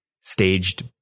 staged